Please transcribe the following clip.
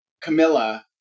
Camilla